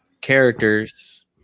characters